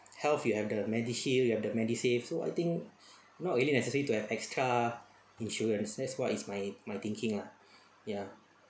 health you have the MediShield you have the MediSave so I think not really necessary to have extra insurance that's what is my my thinking lah ya